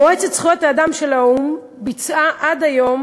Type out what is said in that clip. מועצת זכויות האדם של האו"ם קיימה עד היום